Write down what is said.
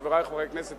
חברי חברי הכנסת,